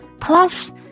Plus